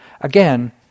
again